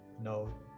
no